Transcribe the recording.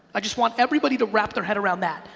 i just want everybody to wrap their head around that.